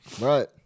Right